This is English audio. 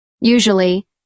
Usually